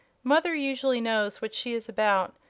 mother usually knows what she is about,